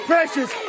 Precious